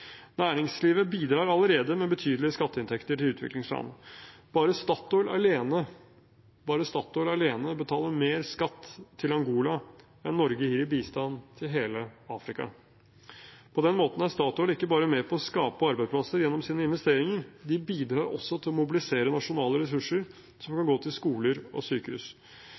Næringslivet bidrar allerede med betydelige skatteinntekter til utviklingsland. Bare Statoil alene betaler mer i skatt til Angola enn Norge gir i bistand til hele Afrika. På den måten er Statoil ikke bare med på å skape arbeidsplasser gjennom sine investeringer – de bidrar også til å mobilisere nasjonale ressurser som kan gå til skoler og sykehus.